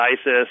ISIS